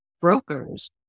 brokers